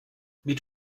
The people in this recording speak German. mit